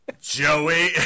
Joey